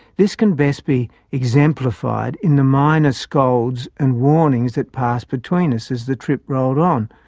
this can best be exemplified in the minor scolds and warnings that passed between us as the trip rolled on,